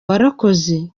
warakoze